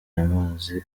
amazi